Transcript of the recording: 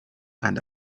and